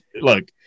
Look